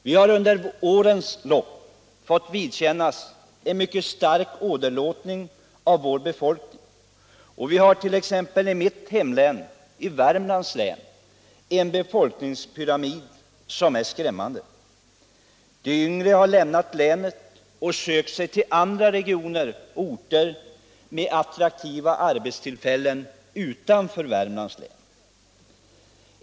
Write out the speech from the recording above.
De har under årens lopp fått vidkännas en stark åderlåtning av sin befolkning, och t.ex. mitt hemlän, Värmlands län, har en befolkningspyramid som är skrämmande. De yngre har lämnat länet och sökt sig till andra regioner och orter med attraktiva arbetstillfällen.